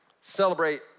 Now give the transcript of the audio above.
Celebrate